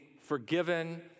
forgiven